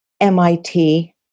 MIT